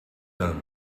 them